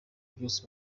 byose